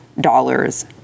dollars